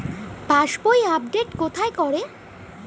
পাসবই update কোথায় করে?